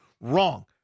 wrong